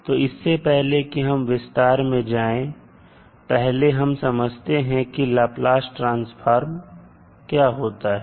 तो इससे पहले कि हम विस्तार में जाएं पहले हम समझते हैं कि लाप्लास ट्रांसफॉर्म क्या होता है